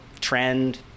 trend